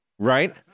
Right